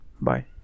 Bye